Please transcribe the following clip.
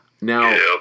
Now